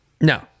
No